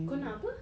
kau nak apa